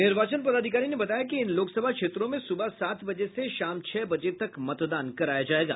निर्वाचन पदाधिकारी ने बताया कि इन लोकसभा क्षेत्रों में सुबह सात बजे से शाम छह बजे तक मतदान कराया जायेगा